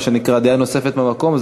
מה שנקרא דעה נוספת מהמקום,